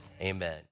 amen